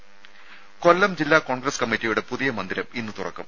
രുര കൊല്ലം ജില്ലാ കോൺഗ്രസ് കമ്മറ്റിയുടെ പുതിയ മന്ദിരം ഇന്ന് തുറക്കും